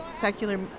secular